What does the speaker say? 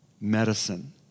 medicine